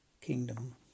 kingdom